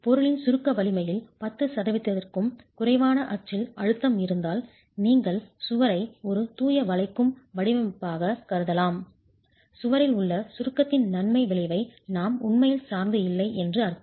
பொருளின் சுருக்க வலிமையில் 10 சதவிகிதத்திற்கும் குறைவான அச்சில் அழுத்தம் இருந்தால் நீங்கள் சுவரை ஒரு தூய வளைக்கும் வடிவமைப்பாகக் கருதலாம் சுவரில் உள்ள சுருக்கத்தின் நன்மை விளைவை நாம் உண்மையில் சார்ந்து இல்லை என்று அர்த்தம்